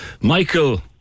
Michael